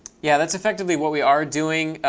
yeah. that's effectively what we are doing.